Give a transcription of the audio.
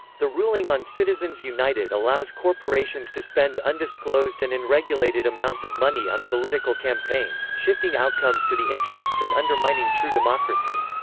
the ruling on citizens united allows corporations to spend undisclosed and unregulated amounts of money on political campaigns, shifting outcomes to the interests and undermining true democracy.